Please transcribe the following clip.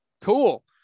Cool